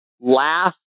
last